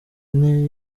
ine